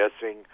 guessing